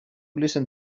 listen